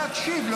להקשיב.